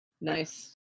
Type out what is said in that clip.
Nice